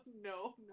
no